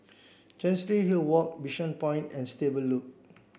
Chancery Hill Walk Bishan Point and Stable Loop